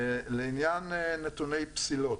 לעניין נתוני פסילות,